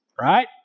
right